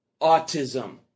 autism